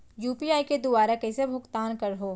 UPI के दुवारा कइसे भुगतान करहों?